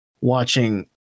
watching